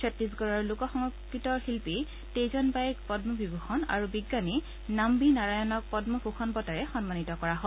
ছট্টিছগড়ৰ লোক সংগীতৰ শিল্পী তেজন বাইক পল্ম বিভূষণ আৰু বিজ্ঞানী নাম্বি নাৰায়ণক পল্ম ভূষণ বঁটাৰে সন্মানিত কৰা হয়